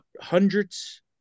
hundreds